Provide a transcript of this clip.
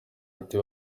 ati